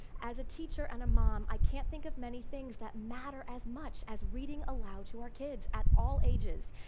as a teacher and a mom, i can't think of many things that matter as much as reading aloud to our kids. at all ages.